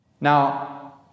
Now